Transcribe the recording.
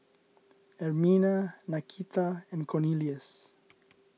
Ermina Nakita and Cornelious